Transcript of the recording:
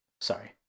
sorry